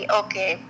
okay